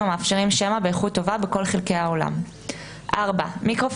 המאפשרים שמע באיכות טובה בכל חלקי האולם; מיקרופון